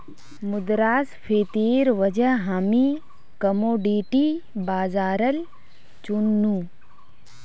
मुद्रास्फीतिर वजह हामी कमोडिटी बाजारल चुन नु